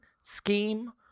scheme